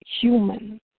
human